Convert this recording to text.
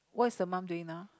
what's the mum doing now